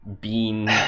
bean